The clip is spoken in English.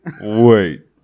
wait